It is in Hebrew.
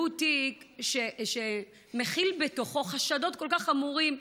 שהוא תיק שמכיל בתוכו חשדות כל כך חמורים,